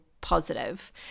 positive